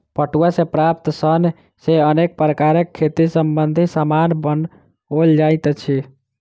पटुआ सॅ प्राप्त सन सॅ अनेक प्रकारक खेती संबंधी सामान बनओल जाइत अछि